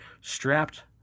strapped